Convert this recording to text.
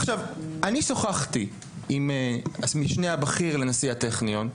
עכשיו אני שוחחתי עם המשנה הבכיר לנשיא הטכניון,